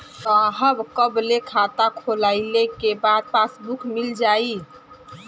साहब कब ले खाता खोलवाइले के बाद पासबुक मिल जाई?